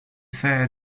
said